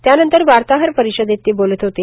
त्यानंतर वार्ताहरपरिषदेत ते बोलत होते